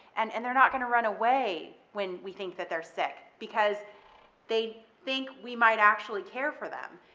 and and they're not going to run away when we think that they're sick, because they think we might actually care for them,